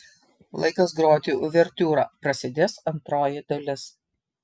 laikas groti uvertiūrą prasidės antroji dalis